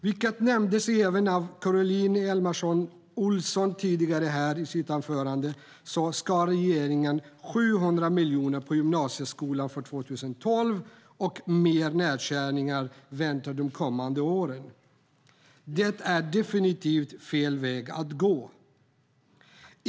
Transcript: Som nämndes även av Caroline Helmersson Olsson tidigare i hennes anförande skar regeringen 700 miljoner på gymnasieskolan för 2012, och nya nedskärningar väntar de kommande åren. Det är definitivt fel väg att gå.